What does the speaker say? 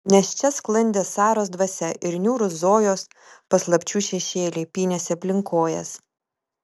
nes čia sklandė saros dvasia ir niūrūs zojos paslapčių šešėliai pynėsi aplink kojas